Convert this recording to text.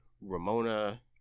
Ramona